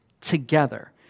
together